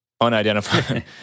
Unidentified